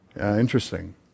Interesting